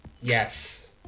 yes